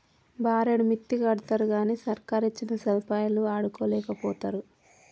బారెడు మిత్తికడ్తరుగని సర్కారిచ్చిన సదుపాయాలు వాడుకోలేకపోతరు